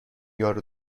یارو